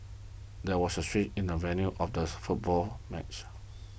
there was a switch in the venue of this football match